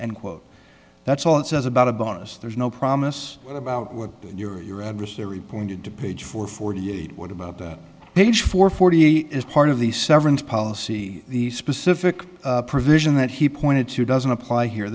and quote that's all it says about a bonus there's no promise about what your your adversary pointed to page four forty eight what about page four forty is part of the severance policy the specific provision that he pointed to doesn't apply here